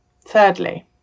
Thirdly